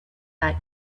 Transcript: that